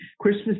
Christmas